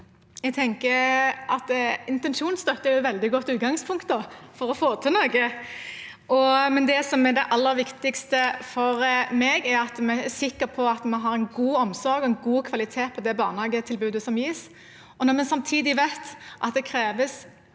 intensjonsstøtte er et veldig godt utgangspunkt for å få til noe. Det som er det aller viktigste for meg, er at vi er sikre på at vi har god omsorg og god kvalitet på det barnehagetilbudet som gis. Når vi samtidig vet at det kreves,